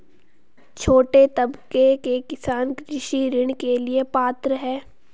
छोटे तबके के किसान कृषि ऋण के लिए पात्र हैं?